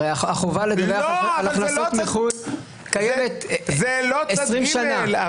החובה לדווח על הכנסות מחו"ל קיימת עשרים שנה.